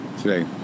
today